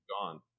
Gone